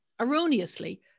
erroneously